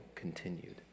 continued